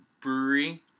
brewery